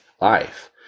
life